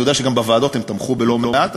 ואני יודע שגם בוועדות הם תמכו בלא מעט.